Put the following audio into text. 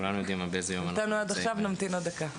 נמתין עוד דקה.